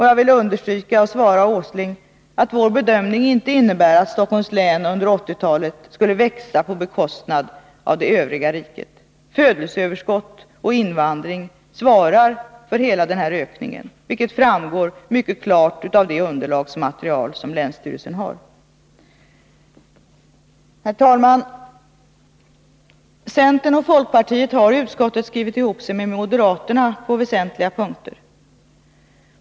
Jag vill understryka, och svara Nils Åsling, att vår bedömning inte innebär att Stockholms län under 1980-talet skulle växa på bekostnad av det övriga riket. Födelseöverskott och invandring svarar för hela ökningen, vilket framgår mycket klart av det underlagsmaterial som länsstyrelsen har. Herr talman! Centern och folkpartiet har i utskottet skrivit ihop sig med moderaterna på väsentliga punkter.